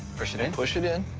push it in? push it in.